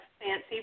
fancy